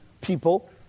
people